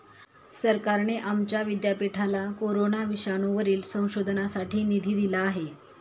सरकारने आमच्या विद्यापीठाला कोरोना विषाणूवरील संशोधनासाठी निधी दिला आहे